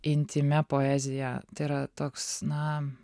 intymia poezija tai yra toks na